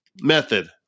method